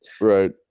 Right